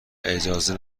اجازه